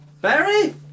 Barry